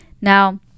Now